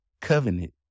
covenant